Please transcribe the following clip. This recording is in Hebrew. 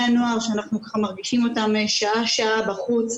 הנוער שאנחנו מרגישים אותם שעה-שעה בחוץ,